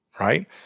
right